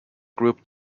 grouped